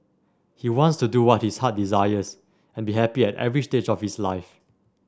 he wants to do what his heart desires and be happy at every stage of his life